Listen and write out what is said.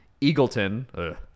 Eagleton